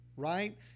right